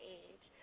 age